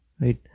right